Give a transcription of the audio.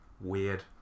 weird